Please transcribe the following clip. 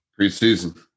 Preseason